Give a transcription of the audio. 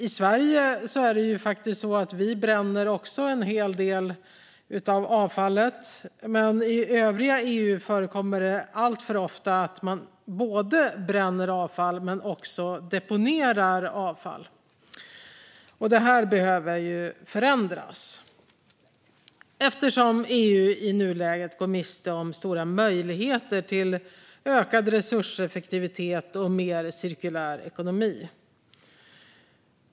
I Sverige bränner vi också en hel del av avfallet, men i övriga EU förekommer det alltför ofta att man både bränner avfall och deponerar avfall. Detta behöver förändras eftersom EU i nuläget går miste om stora möjligheter till ökad resurseffektivitet och en mer cirkulär ekonomi.